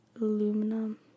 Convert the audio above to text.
aluminum